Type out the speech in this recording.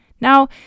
Now